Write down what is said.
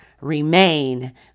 remain